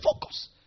focus